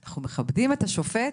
אנחנו מכבדים את השופט,